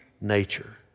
nature